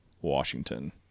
Washington